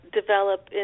Develop